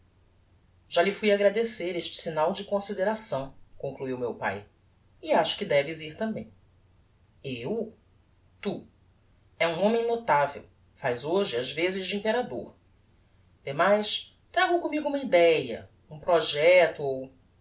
já lhe fui agradecer este signal de consideração concluiu meu pae e acho que deves ir tambem eu tu é um homem notavel faz hoje as vezes de imperador demais trago commigo uma idéa um projecto